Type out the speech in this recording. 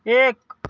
ایک